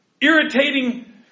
Irritating